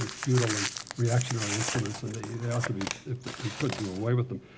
futile and reactionary instruments, and that they ought to be if they could do away with them.